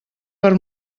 per